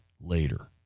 later